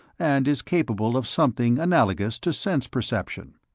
and is capable of something analogous to sense-perception,